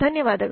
ಧನ್ಯವಾದಗಳು